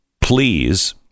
please